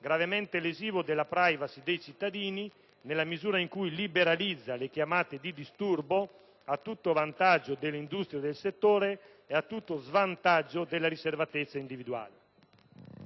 gravemente lesiva della *privacy* dei cittadini, nella misura in cui liberalizza le chiamate di disturbo a tutto vantaggio dell'industria del settore e a tutto svantaggio della riservatezza individuale.